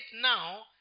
now